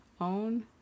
own